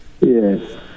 Yes